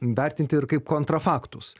vertinti ir kaip kontra faktus